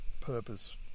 purpose